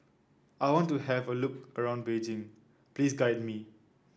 I want to have a look around Beijing Please guide me